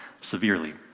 severely